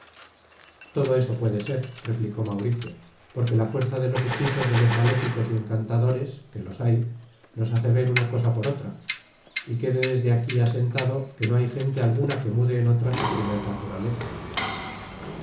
todo eso puede ser replicó mauricio porque la fuerza de los hechizos de los maléficos y encantadores que los hay nos hace ver una cosa por otra y quede desde aquí asentado que no hay gente alguna que mude en otra su primer naturaleza